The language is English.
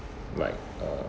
like uh